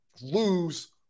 lose